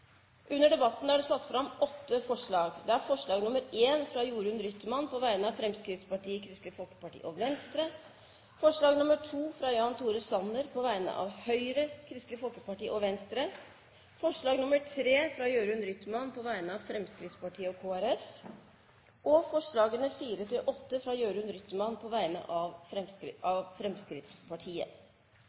Under debatten er det satt fram åtte forslag. Det er forslag nr. 1, fra Jørund Rytman på vegne av Fremskrittspartiet, Kristelig Folkeparti og Venstre forslag nr. 2, fra Jan Tore Sanner på vegne av Høyre, Kristelig Folkeparti og Venstre forslag nr. 3, fra Jørund Rytman på vegne av Fremskrittspartiet og Kristelig Folkeparti forslagene nr. 4–8, fra Jørund Rytman på vegne av Fremskrittspartiet.